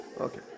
Okay